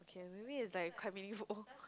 maybe is like quite meaningful